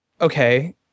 Okay